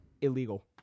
Illegal